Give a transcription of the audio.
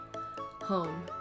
Home